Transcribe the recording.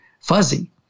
fuzzy